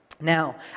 Now